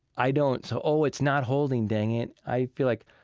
i don't, so oh, it's not holding, dang it. i feel like,